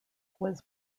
was